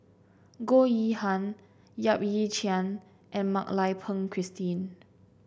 Goh Yihan Yap Ee Chian and Mak Lai Peng Christine